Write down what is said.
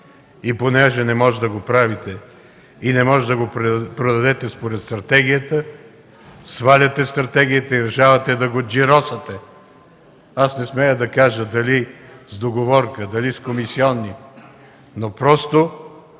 И понеже не можете да го правите, и не може да го продадете според стратегията, сваляте стратегията и решавате да го джиросате. Не смея да кажа дали с договорка, дали с комисиони, но понеже